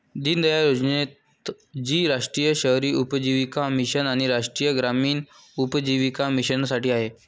दीनदयाळ योजनेत ती राष्ट्रीय शहरी उपजीविका मिशन आणि राष्ट्रीय ग्रामीण उपजीविका मिशनसाठी आहे